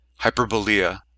Hyperbolea